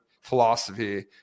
philosophy